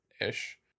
ish